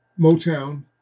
Motown